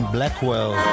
Blackwell